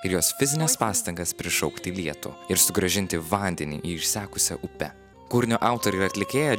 ir jos fizines pastangas prišaukti lietų ir sugrąžinti vandenį į išsekusią upę kūrinio autorė ir atlikėja